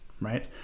right